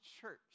church